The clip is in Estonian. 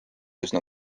üsna